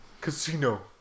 Casino